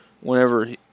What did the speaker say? whenever